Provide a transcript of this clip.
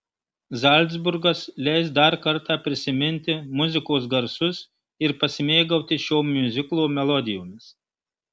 zalcburgas leis dar kartą prisiminti muzikos garsus ir pasimėgauti šio miuziklo melodijomis